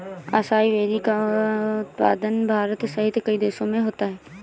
acai berry का उत्पादन भारत सहित कई देशों में होता है